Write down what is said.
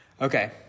Okay